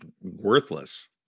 worthless